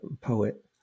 poet